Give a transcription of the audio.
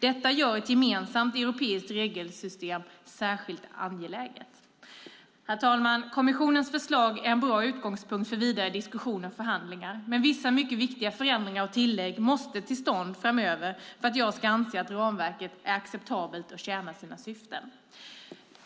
Detta gör ett gemensamt europeiskt regelsystem särskilt angeläget. Herr talman! Kommissionens förslag är en bra utgångspunkt för vidare diskussioner och förhandlingar. Men vissa mycket viktiga förändringar och tillägg måste komma till stånd framöver för att jag ska anse att ramverket är acceptabelt och tjänar sina syften.